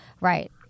right